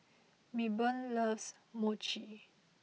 Milburn loves Mochi